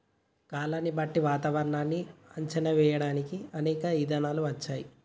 కాలాన్ని బట్టి వాతావరనాన్ని అంచనా వేయడానికి అనేక ఇధానాలు వచ్చాయి